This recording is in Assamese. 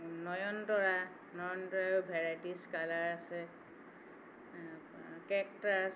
নয়নতৰা নয়নতৰাৰো ভেৰাইটিচ কালাৰ আছে কেকটাচ